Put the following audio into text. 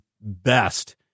best